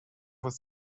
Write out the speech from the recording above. was